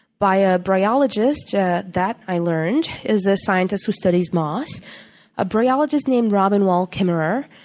by a bryologist that, i learned, is a scientist who studies moss a bryologist named robin wall kimmerer.